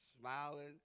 smiling